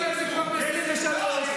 היה כסף קואליציוני שאין לו שום הצדקה.